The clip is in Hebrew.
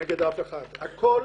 נגד אף אחד, הכול